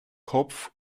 kopf